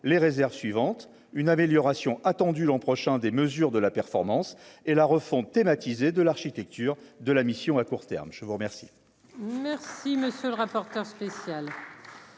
les réserves suivante une amélioration attendue l'an prochain des mesures de la performance et la refonte thématisé de l'architecture de la mission à court terme, je vous remercie.